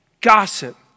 gossip